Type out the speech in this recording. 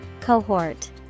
Cohort